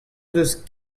deus